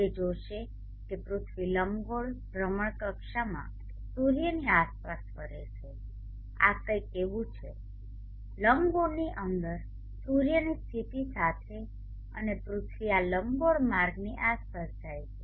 તે જોશે કે પૃથ્વી લંબગોળ ભ્રમણકક્ષામાં સૂર્યની આસપાસ ફરે છે આ કંઈક એવું છે લંબગોળની અંદર સૂર્યની સ્થિતિ સાથે અને પૃથ્વી આ લંબગોળ માર્ગની આસપાસ જાય છે